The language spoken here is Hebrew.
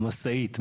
המשאית מלאה.